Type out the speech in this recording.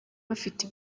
bafite